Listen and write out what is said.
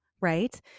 right